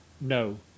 No